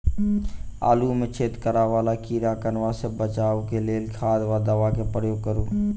आलु मे छेद करा वला कीड़ा कन्वा सँ बचाब केँ लेल केँ खाद वा दवा केँ प्रयोग करू?